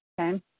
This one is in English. Okay